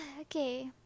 okay